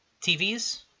TVs